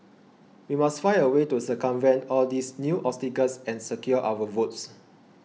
we must find a way to circumvent all these new obstacles and secure our votes